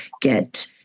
get